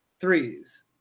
threes